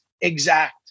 exact